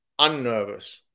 unnervous